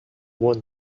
won